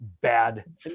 bad